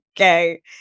Okay